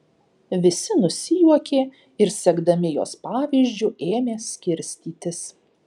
visi nusijuokė ir sekdami jos pavyzdžiu ėmė skirstytis